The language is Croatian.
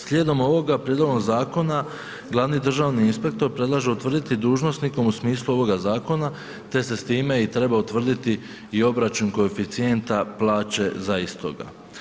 Slijedom ovoga prijedloga zakona glavni državni inspektor predlaže utvrditi dužnosti u smislu ovoga zakona te se s time i treba utvrditi i obračun koeficijenta plaće za istoga.